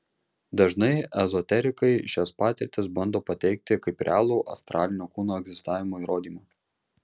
dažnai ezoterikai šias patirtis bando pateikti kaip realų astralinio kūno egzistavimo įrodymą